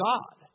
God